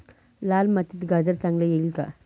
लाल मातीत गाजर चांगले येईल का?